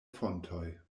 fontoj